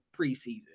preseason